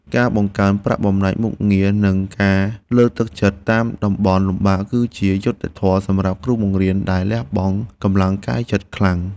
ការបង្កើនប្រាក់បំណាច់មុខងារនិងការលើកទឹកចិត្តតាមតំបន់លំបាកគឺជាយុត្តិធម៌សម្រាប់គ្រូបង្រៀនដែលលះបង់កម្លាំងកាយចិត្តខ្លាំង។